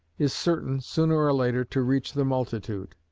is certain, sooner or later, to reach the multitude.